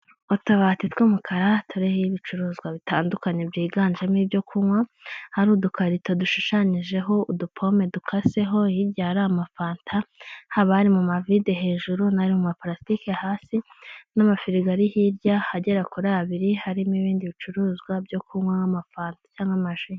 Utubati tw'umukara turiho ibicuruzwa bitandukanye byiganjemo ibyo kunywa, hariho udukarito dushushanyijeho udupome dukaseho hirya hari amafanta, haba ari mu mavide hejuru n'ari mu mapalasitike hasi n'amafirigo ari hirya agera kuri abiri, harimo ibindi bicuruzwa byo kunywa n'amafanta cyangwa amaji.